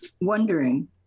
Wondering